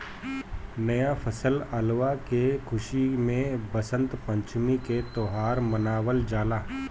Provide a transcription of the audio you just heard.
नया फसल अवला के खुशी में वसंत पंचमी के त्यौहार मनावल जाला